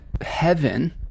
heaven